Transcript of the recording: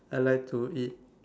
I like to eat